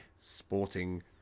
sporting